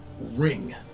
ring